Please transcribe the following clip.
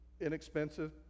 inexpensive